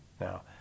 Now